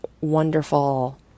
wonderful